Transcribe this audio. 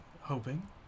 hoping